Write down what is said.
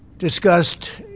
discussed.